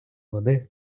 води